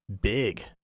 big